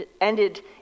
ended